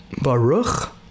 Baruch